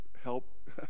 help